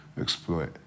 exploit